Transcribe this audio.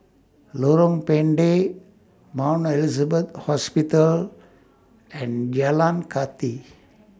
Lorong Pendek Mount Elizabeth Hospital and Jalan Kathi